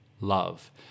love